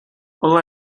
all